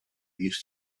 used